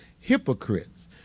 hypocrites